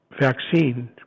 vaccine